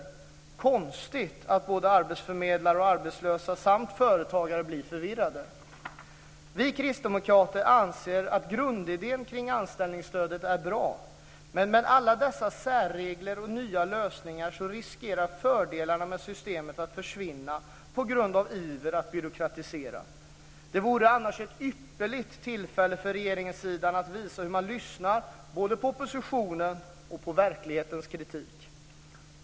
Är det konstigt att både arbetsförmedlare och arbetslösa samt företagare blir förvirrade? Vi kristdemokrater anser att grundidén kring anställningsstödet är bra. Men med alla dessa särregler och nya lösningar riskerar fördelarna med systemet att försvinna på grund av ivern att byråkratisera. Det vore annars ett ypperligt tillfälle för regeringssidan att visa att man lyssnar både på oppositionens och på verklighetens kritik.